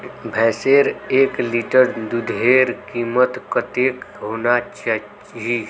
भैंसेर एक लीटर दूधेर कीमत कतेक होना चही?